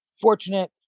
fortunate